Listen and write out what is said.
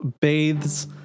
bathes